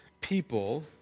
people